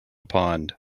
pond